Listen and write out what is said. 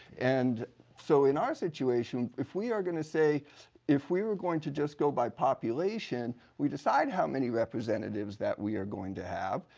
and so in our situation, if we are going to say if we were going to just go by population, we decide how many representatives that we are going to have,